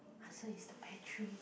ah so is the battery